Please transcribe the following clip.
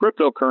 cryptocurrency